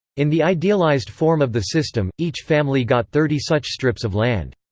in the idealized form of the system, each family got thirty such strips of land.